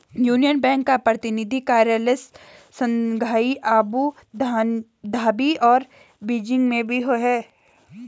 union Bank का प्रतिनिधि कार्यालय शंघाई अबू धाबी और बीजिंग में भी है